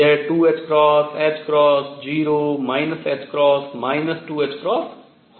यह 2ℏ 0 ℏ 2ℏ हो सकता है